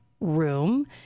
room